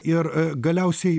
ir galiausiai